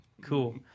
Cool